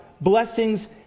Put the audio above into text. blessings